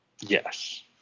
Yes